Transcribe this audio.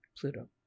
Pluto